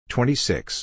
Twenty-six